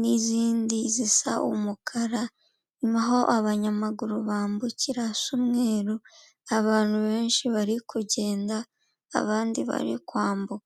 n'izindi zisa umukara, naho aho abanyamaguru bambukira hasa umweru. Abantu benshi bari kugenda abandi bari kwambuka.